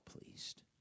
pleased